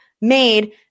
made